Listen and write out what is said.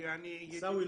כי אני --- עיסאווי,